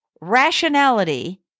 Rationality